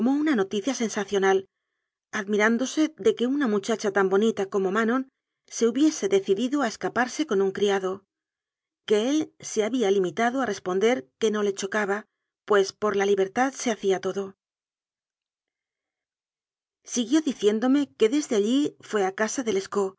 una noticia sen sacional admirándose de que una muchacha tan bonita como manon se hubiese decidido a escapar se con un criado que él se había limitado a res ponder que no le chocaba pues por la libertad se hacía todo siguió diciéndome que desde allí fué a casa de